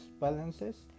balances